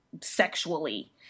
sexually